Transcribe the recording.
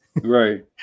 Right